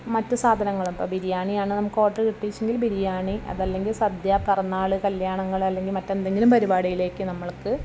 മറ്റു സാധനങ്ങളും ഇപ്പം ബിരിയാണിയാണ് നമുക്ക് ഓർഡർ ഉദ്ദേശിച്ചതെങ്കിൽ ബിരിയാണി അതല്ലെങ്കിൽ സദ്യ പിറന്നാൾ കല്ല്യാണങ്ങൾ അല്ലെങ്കിൽ മറ്റെന്തെങ്കിലും പരിപാടിയിലേക്കു നമ്മൾക്ക്